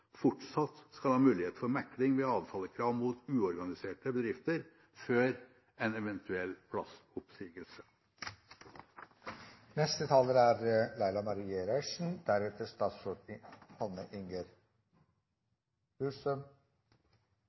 fortsatt skal ha mulighet for mekling ved avtalekrav mot uorganiserte bedrifter før en eventuell